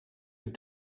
een